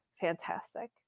Fantastic